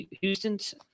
Houston's